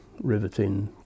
riveting